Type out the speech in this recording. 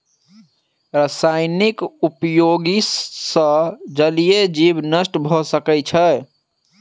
रासायनिक उपयोग सॅ जलीय जीवन नष्ट भ सकै छै